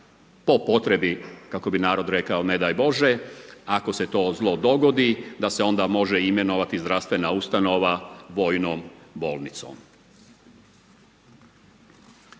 po potrebi, kako bi narod rekao, ne daj bože, ako se to zlo dogodi, da se onda može imenovati zdravstvena ustanova vojnom bolnicom.